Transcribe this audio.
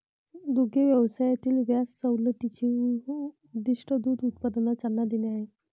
दुग्ध व्यवसायातील व्याज सवलतीचे उद्दीष्ट दूध उत्पादनाला चालना देणे आहे